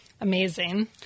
Amazing